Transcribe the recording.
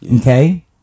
okay